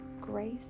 grace